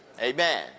Amen